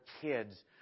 kids